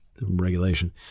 regulation